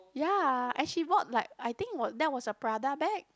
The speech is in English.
ya and she bought like I think what that was a Prada bag